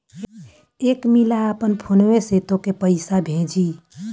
एक मिला आपन फोन्वे से तोके पइसा भेजी